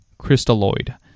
crystalloid